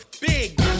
big